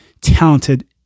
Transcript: talented